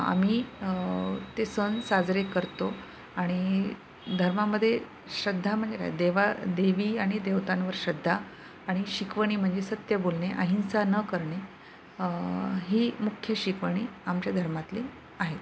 आम्ही ते सण साजरे करतो आणि धर्मामदे श्रद्धा म्हणजे देवा देवी आणि देवतांवर श्रद्धा आणि शिकवणी म्हणजे सत्य बोलणे अहिंसा न करणे ही मुख्य शिकवणी आमच्या धर्मातली आहेत